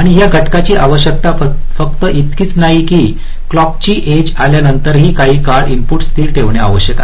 आणि या घटकाची आवश्यकता फक्त इतकेच नाही की क्लॉकची एज आल्यानंतरही काही काळ इनपुट स्थिर ठेवणे आवश्यक आहे